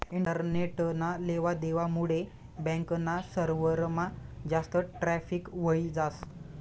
इंटरनेटना लेवा देवा मुडे बॅक ना सर्वरमा जास्त ट्रॅफिक व्हयी जास